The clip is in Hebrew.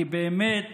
אני באמת